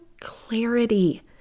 clarity